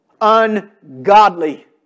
Ungodly